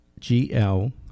gl